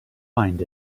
find